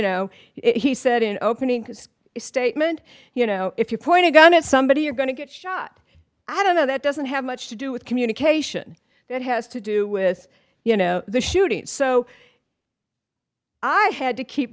know he said in opening statement you know if you point a gun at somebody you're going to get shot i don't know that doesn't have much to do with communication that has to do with you know the shooting so i had to keep